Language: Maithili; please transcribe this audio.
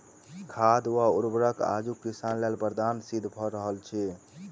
खाद वा उर्वरक आजुक किसान लेल वरदान सिद्ध भ रहल अछि